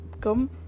come